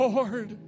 Lord